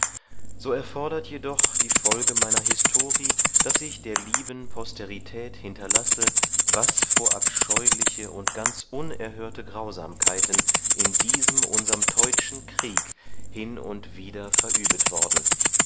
so erfodert jedoch die folge meiner histori daß ich der lieben posterität hinterlasse was vor abscheuliche und ganz unerhörte grausamkeiten in diesem unserm teutschen krieg hin und wieder verübet worden